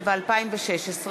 התשע"ו 2015,